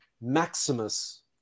Maximus